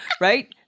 right